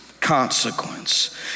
consequence